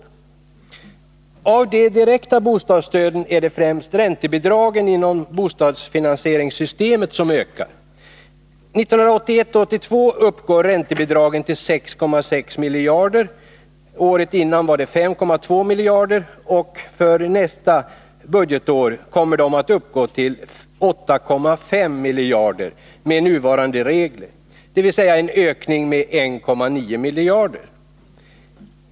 Av de direkta bostadsstöden är det främst räntebidragen inom bostadsfinansieringssystemet som ökar. 1981/82 uppgår räntebidragen till 6,6 miljarder kronor. Budgetåret dessförinnan uppgick de till 5,2 miljarder kronor, och för nästa budgetår kommer de med nuvarande regler att uppgå till 8,5 miljarder kronor, dvs. en ökning med 1,9 miljarder kronor.